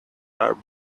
are